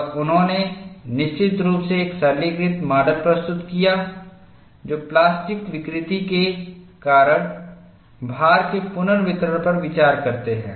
और उन्होंने निश्चित रूप से एक सरलीकृत माडल प्रस्तुत किया जो प्लास्टिक विकृति के कारण भार के पुनर्वितरण पर विचार करता है